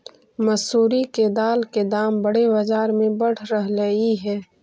मसूरी के दाल के दाम बजार में बढ़ रहलई हे